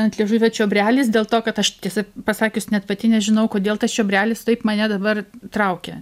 ant liežuvio čiobrelis dėl to kad aš tiesą pasakius net pati nežinau kodėl tas čiobrelis taip mane dabar traukia